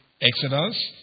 Exodus